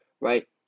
right